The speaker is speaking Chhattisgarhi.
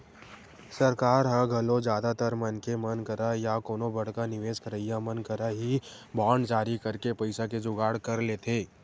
सरकार ह घलो जादातर मनखे मन करा या कोनो बड़का निवेस करइया मन करा ही बांड जारी करके पइसा के जुगाड़ कर लेथे